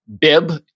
bib